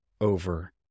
over